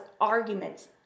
arguments